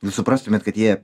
jūs suprastumėt kad jie